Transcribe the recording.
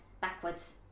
backwards